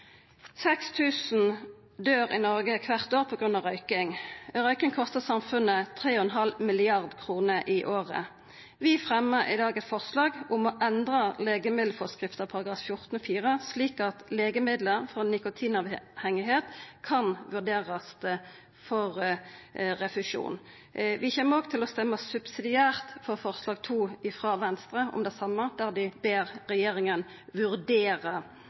i Noreg kvart år på grunn av røyking. Røyking kostar samfunnet 3,5 mrd. kr i året. Vi fremjar i dag eit forslag om å endra legemiddelforskriftas § 14-14, slik at legemiddel mot nikotinavhengigheit kan vurderast for refusjon. Vi kjem òg til å stemma subsidiært for forslag nr. 2, frå Venstre, om det same, der dei ber regjeringa